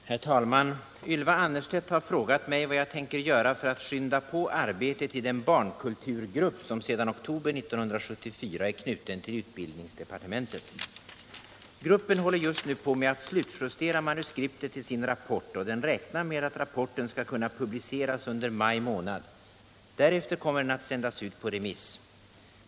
Herr talman! Ylva Annerstedt har frågat mig vad jag tänker göra för att skynda på arbetet i den barnkulturgrupp som sedan oktober 1974 är knuten till utbildningsdepartementet. Gruppen håller just nu på med att slutjustera manuskriptet till sin rapport, och den räknar med att rapporten skall kunna publiceras under maj månad. Därefter kommer rapporten att sändas ut på remiss.